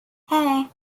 hey